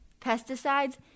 pesticides